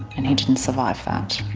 and he didn't survive that.